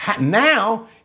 Now